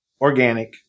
organic